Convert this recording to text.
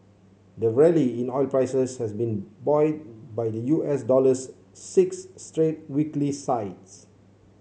the rally in oil prices has been buoyed by the U S dollar's six straight weekly sides